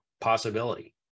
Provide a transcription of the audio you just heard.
possibility